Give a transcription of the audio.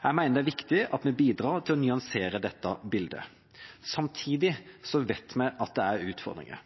Jeg mener det er viktig at vi bidrar til å nyansere dette bildet. Samtidig vet vi at det er utfordringer.